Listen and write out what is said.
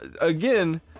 again